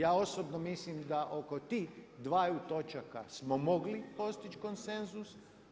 Ja osobno mislim da oko tih dvaju točaka smo mogli postići konsenzus.